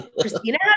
Christina